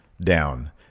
down